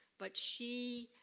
but she